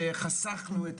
שחסכנו.